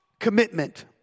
Commitment